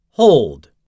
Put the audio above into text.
Hold